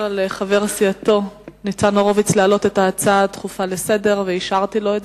לחבר סיעתו ניצן הורוביץ להעלות את ההצעה הדחופה לסדר-היום ואישרתי לו.